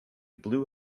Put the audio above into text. blue